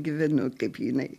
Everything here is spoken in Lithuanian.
gyvenu kaip jinai